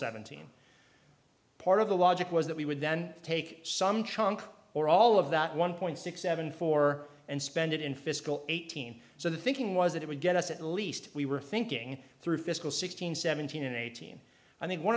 seventeen part of the logic was that we would then take some chunk or all of that one point six seven four and spend it in fiscal eighteen so the thinking was that it would get us at least we were thinking through fiscal sixteen seventeen eighteen i think one